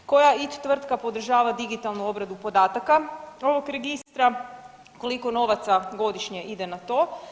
Koja IT tvrtka podržava digitalnu obradu podataka ovog registra, koliko novaca godišnje ide na to?